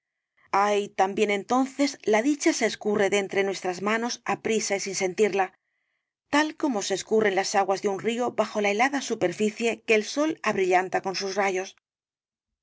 ay también entonces la dicha se escurre de entre nuestras manos aprisa y sin sentirla tal como se escurren las aguas de un río bajo la helada superficie qne el sol abrillanta con sus rayos